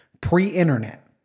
pre-internet